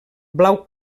blau